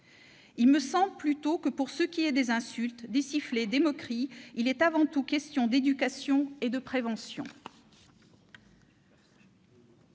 Il me semble plutôt que, pour ce qui est des insultes, des sifflets, des moqueries, il est avant tout question d'éducation et de prévention.